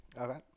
Okay